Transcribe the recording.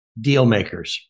Dealmakers